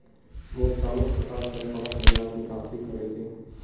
मोर चालु खाता से पांच हज़ारर निकासी करे दे